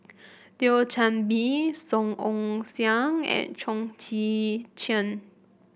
Thio Chan Bee Song Ong Siang and Chong Tze Chien